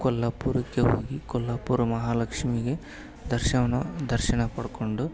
ಕೊಲ್ಲಪುರಕ್ಕೆ ಹೋಗಿ ಕೊಲ್ಲಪುರ ಮಹಾಲಕ್ಷ್ಮೀಗೆ ದರ್ಶನ ದರ್ಶನ ಪಡ್ಕೊಂಡು